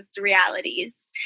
realities